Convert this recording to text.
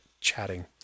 chatting